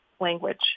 language